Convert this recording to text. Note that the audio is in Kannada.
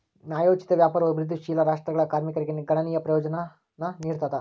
ನ್ಯಾಯೋಚಿತ ವ್ಯಾಪಾರವು ಅಭಿವೃದ್ಧಿಶೀಲ ರಾಷ್ಟ್ರಗಳ ಕಾರ್ಮಿಕರಿಗೆ ಗಣನೀಯ ಪ್ರಯೋಜನಾನ ನೀಡ್ತದ